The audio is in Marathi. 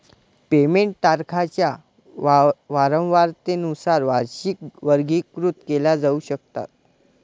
पेमेंट तारखांच्या वारंवारतेनुसार वार्षिकी वर्गीकृत केल्या जाऊ शकतात